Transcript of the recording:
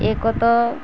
ଏକ ତ